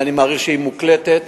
ואני מעריך שהיא מוקלטת,